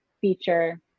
feature